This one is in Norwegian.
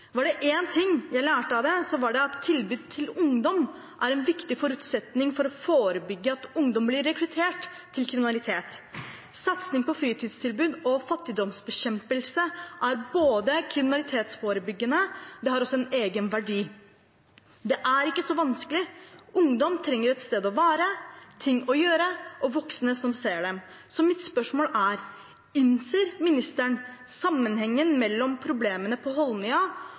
var det én ting jeg lærte av det, så var det at tilbud til ungdom er en viktig forutsetning for å forebygge at ungdom blir rekruttert til kriminalitet. Satsing på fritidstilbud og fattigdomsbekjempelse er både kriminalitetsforebyggende og har en egen verdi. Det er ikke så vanskelig: Ungdom trenger et sted å være, ting å gjøre og voksne som ser dem. Så mitt spørsmål er: Ser ministeren sammenhengen mellom problemene på